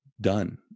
done